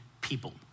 people